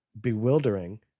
bewildering